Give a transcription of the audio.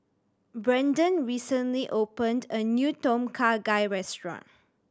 Brandon recently opened a new Tom Kha Gai restaurant